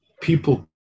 people